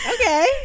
okay